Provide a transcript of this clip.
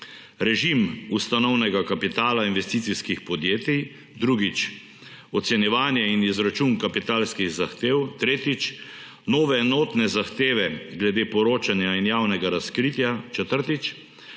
režim ustanovnega kapitala investicijskih podjetij; drugič, ocenjevanje in izračun kapitalskih zahtev; tretjič, nove enotne zahteve glede poročanja in javnega razkritja; četrtič,